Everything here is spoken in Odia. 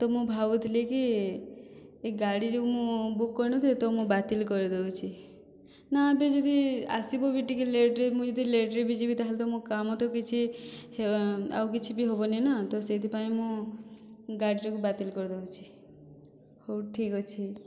ତ ମୁଁ ଭାବୁଥିଲି କି ଏ ଗାଡ଼ି ଯେଉଁ ମୁଁ ବୁକ୍ କରିନଥିଲି ତ ମୁଁ ବାତିଲ କରିଦେଉଛି ନା ଏବେ ଯଦି ଆସିବ ବି ଟିକେ ଲେଟ୍ରେ ମୁଁ ଯଦି ଲେଟ୍ରେ ବି ଯିବି ତାହେଲେ ତ ମୋ କାମ ତ କିଛି ଆଉ କିଛି ବି ହେବନି ନା ତ ସେଇଥିପାଇଁ ମୁଁ ଗାଡ଼ିଟାକୁ ବାତିଲ କରିଦେଉଛି ହେଉ ଠିକ୍ ଅଛି